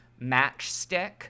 Matchstick